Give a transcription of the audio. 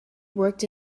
worked